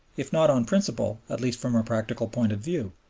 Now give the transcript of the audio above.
if not on principle, at least from a practical point of view.